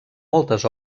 moltes